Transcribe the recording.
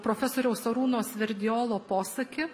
profesoriaus arūno sverdiolo posakį